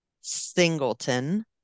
singleton